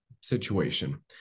situation